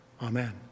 Amen